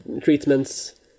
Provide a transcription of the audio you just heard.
treatments